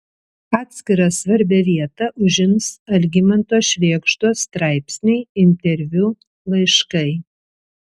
atskirą svarbią vietą užims algimanto švėgždos straipsniai interviu laiškai